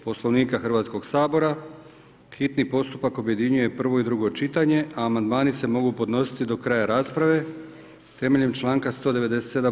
Poslovnika Hrvatskoga sabora, hitni postupak objedinjuje prvo i drugo čitanje a amandmani se mogu podnositi do kraja rasprave temeljem članka 197.